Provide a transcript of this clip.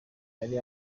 yari